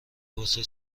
واسه